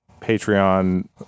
Patreon